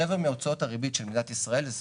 רבע מהוצאות הריבית של מדינת ישראל זה סובסידיה.